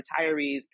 retirees